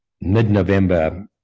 mid-November